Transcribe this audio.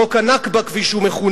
חוק ה"נכבה" כפי שהוא מכונה,